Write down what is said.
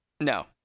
No